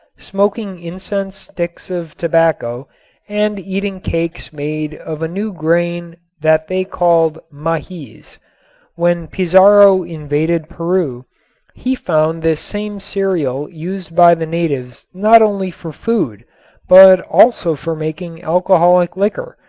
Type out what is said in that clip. smoking incense sticks of tobacco and eating cakes made of a new grain that they called mahiz. when pizarro invaded peru he found this same cereal used by the natives not only for food but also for making alcoholic liquor,